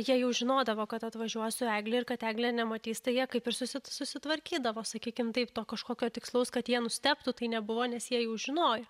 jie jau žinodavo kad atvažiuosiu su egle ir kad eglė nematys tai jie kaip ir susi susitvarkydavo sakykim taip to kažkokio tikslaus kad jie nustebtų tai nebuvo nes jie jau žinojo